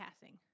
passing